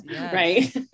right